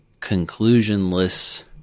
conclusionless